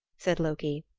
said loki.